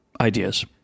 ideas